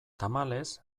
tamalez